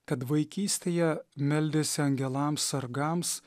kad vaikystėje meldėsi angelams sargams